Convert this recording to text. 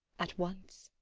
at once?